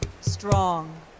strong